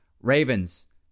Ravens